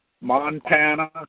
Montana